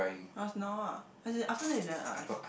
ask now ah as in after that you never ask